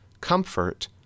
comfort